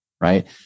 right